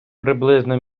приблизно